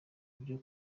ibyo